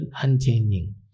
unchanging